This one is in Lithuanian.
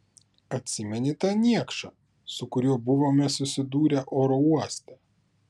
atsimeni tą niekšą su kuriuo buvome susidūrę oro uoste